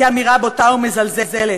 כאמירה בוטה ומזלזלת.